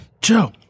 Joe